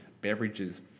beverages